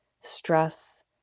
stress